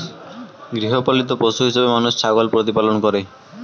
গৃহপালিত পশু হিসেবে মানুষ ছাগল প্রতিপালন করে